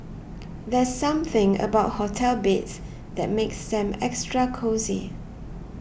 there's something about hotel beds that makes them extra cosy